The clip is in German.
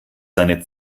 seine